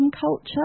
culture